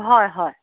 হয় হয়